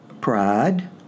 Pride